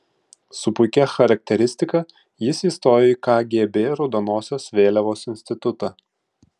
su puikia charakteristika jis įstojo į kgb raudonosios vėliavos institutą